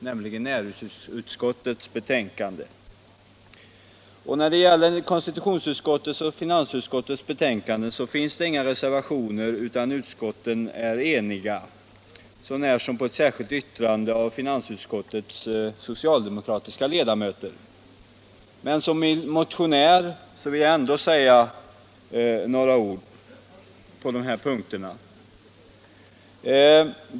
Det finns inga reservationer till konstitutionsutskottets och finansutskottets betänkanden, utan utskotten är eniga så när som på ett särskilt yttrande av finansutskottets socialdemokratiska ledamöter, men som motionär vill jag ändå säga några ord på dessa punkter.